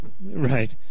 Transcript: Right